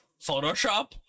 Photoshop